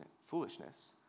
foolishness